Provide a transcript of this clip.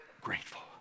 grateful